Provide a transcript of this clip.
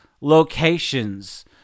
locations